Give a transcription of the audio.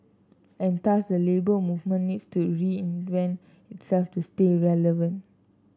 and thus the Labour Movement needs to reinvent itself to stay relevant